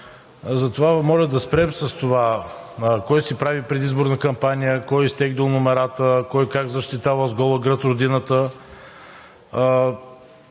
Затова Ви моля да спрем с това – кой си прави предизборна кампания, кой изтеглил номерата, кой как защитавал с гола гръд Родината.